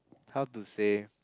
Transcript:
how to say